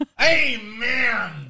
Amen